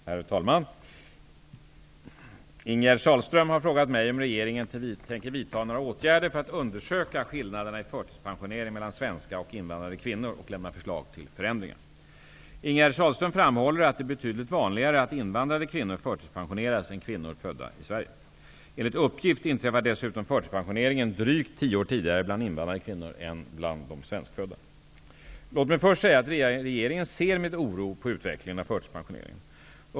Herr talman! Ingegerd Sahlström har frågat mig om regeringen tänker vidta några åtgärder för att undersöka skillnaderna i förtidspensionering mellan svenska och invandrade kvinnor och lämna förslag till förändringar. Ingegerd Sahlström framhåller att det är betydligt vanligare att invandrade kvinnor förtidspensioneras än kvinnor födda i Sverige. Enligt uppgift inträffar dessutom förtidspensioneringen drygt tio år tidigare bland invandrade kvinnor än bland de svenskfödda. Låt mig först säga att regeringen ser med oro på utvecklingen av förtidspensioneringen.